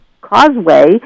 causeway